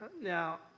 Now